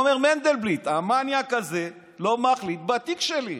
אומר מנדלבליט: "המניאק הזה לא מחליט בתיק שלי".